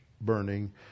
burning